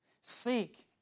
Seek